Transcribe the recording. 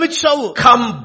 come